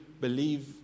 believe